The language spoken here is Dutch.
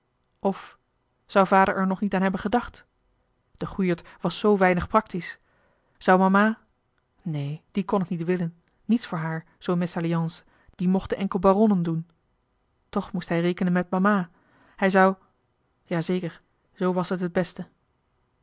of zou vader er nog niet aan hebben gedacht de goeiert was zoo weinig praktisch zou mama neen die kon het niet willen niets voor haar zoo'n mesalliance die mochten enkel baronnen doen toch moest hij rekenen met mama hij zou ja zeker zoo was t het beste